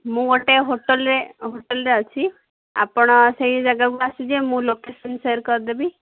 ମୁଁ ଗୋଟେ ହୋଟେଲରେ ଅଛି ଆପଣ ସେଇ ଜାଗାକୁ ଆସିଯିବେ ମୁଁ ଲୋକେଶନ୍ ସେୟର କରିଦେବି